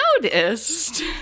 Noticed